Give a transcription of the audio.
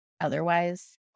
otherwise